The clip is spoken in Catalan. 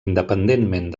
independentment